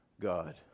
God